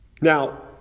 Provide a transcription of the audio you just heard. Now